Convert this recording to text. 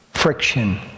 Friction